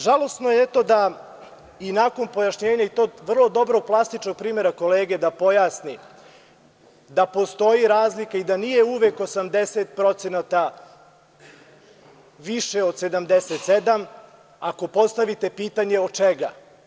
Žalosno je eto da i nakon pojašnjenja i to vrlo dobrog klasičnog primera kolege da pojasni da postoje razlike i da nije uvek 80% više od 77, ako postavite pitanje od čega.